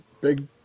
big